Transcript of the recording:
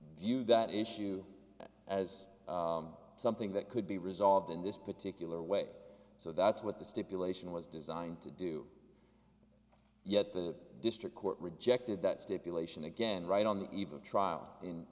view that issue as something that could be resolved in this particular way so that's what the stipulation was designed to do yet the district court rejected that stipulation again right on the eve of trial